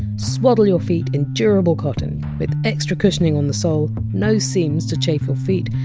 swaddle your feet in durable cotton, with extra cushioning on the sole, no seams to chafe your feet,